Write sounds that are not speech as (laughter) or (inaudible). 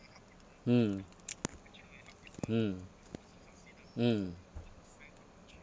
mm (noise) mm mm